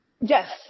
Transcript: Yes